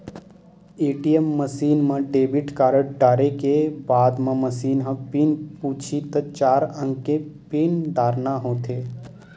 ATM machine म debit card डारे के बाद म मसीन ह पिन पूछही त चार अंक के पिन डारना होथे